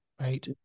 right